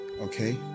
okay